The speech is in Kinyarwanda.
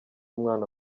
umwana